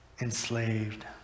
enslaved